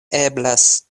eblas